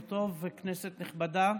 בוקר טוב, כנסת נכבדה.